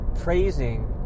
praising